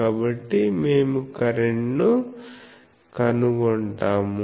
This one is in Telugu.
కాబట్టి మేము కరెంటును కనుగొంటాము